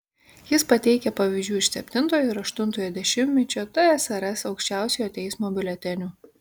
jis pateikia pavyzdžių iš septintojo ir aštuntojo dešimtmečių tsrs aukščiausiojo teismo biuletenių